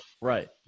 right